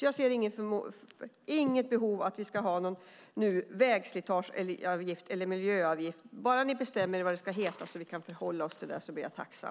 Jag ser inget behov av någon vägslitageavgift eller miljöavgift. Bara ni bestämmer er för vad det ska heta, så att vi vet vad vi ska förhålla oss till, så är jag tacksam.